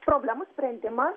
problemų sprendimas